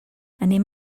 anem